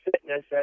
fitness